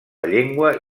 llengua